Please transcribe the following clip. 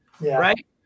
right